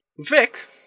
Vic